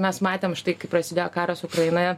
mes matėm štai kai prasidėjo karas ukrainoje